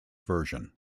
version